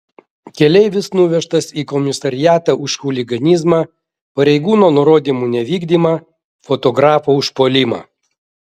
keleivis nuvežtas į komisariatą už chuliganizmą pareigūno nurodymų nevykdymą fotografo užpuolimą